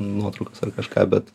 nuotraukas ar kažką bet